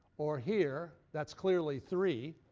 or here. that's clearly three.